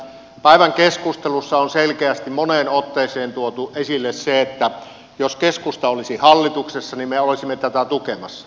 päivän keskustelussa on selkeästi moneen otteeseen tuotu esille se että jos keskusta olisi hallituksessa niin me olisimme tätä tukemassa